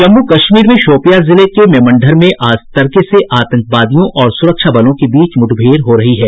जम्मू कश्मीर में शोपियां जिले के मेमंढर में आज तड़के से आतंकवादियों और सुरक्षा बलों के बीच मुठभेड़ हो रही है